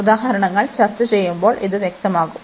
ഉദാഹരണങ്ങൾ ചർച്ചചെയ്യുമ്പോൾ ഇത് വ്യക്തമാകും